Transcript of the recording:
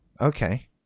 Okay